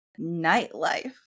nightlife